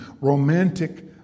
romantic